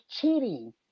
cheating